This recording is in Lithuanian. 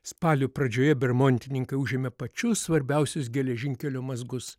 spalio pradžioje bermontininkai užėmė pačius svarbiausius geležinkelio mazgus